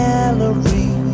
Gallery